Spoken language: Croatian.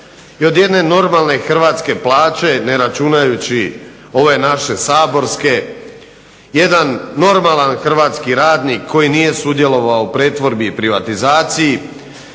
i od jedne normalne hrvatske plaće ne računajući ove naše saborske, jedan normalan hrvatski radnik koji nije sudjelovao u pretvorbi i privatizaciji,